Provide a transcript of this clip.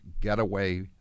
Getaway